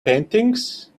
paintings